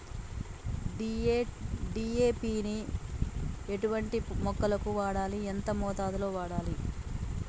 DAP ని ఎటువంటి మొక్కలకు వాడాలి? ఎంత మోతాదులో వాడాలి?